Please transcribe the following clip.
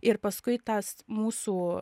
ir paskui tas mūsų